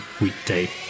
weekday